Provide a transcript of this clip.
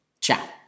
Ciao